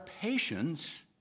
patience